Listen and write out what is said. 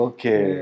Okay